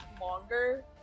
longer